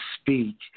speak